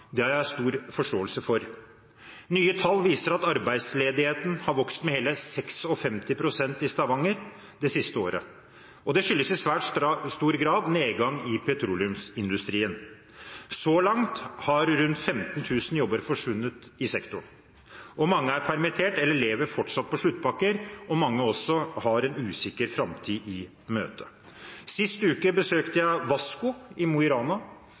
Det har jeg stor forståelse for. Nye tall viser at arbeidsledigheten har vokst med hele 56 pst. i Stavanger det siste året, og det skyldes i svært stor grad nedgang i petroleumsindustrien. Så langt har rundt 15 000 jobber forsvunnet i sektoren. Mange er permittert eller lever fortsatt på sluttpakker, og mange går en usikker framtid i møte. Sist uke besøkte jeg Wasco i Mo i Rana.